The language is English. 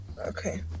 Okay